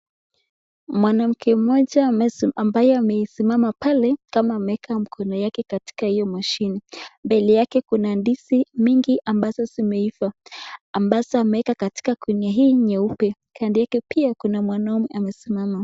Mwanamke mmoja ambaye amesimama pale kama ameweka mkono yake katika hiyo mashini. Mbele yake kuna ndizi mingi ambazo zimeiva ambazo ameweka katika gunia hii nyeupe. Kando yake pia kuna mwanaume amesimama.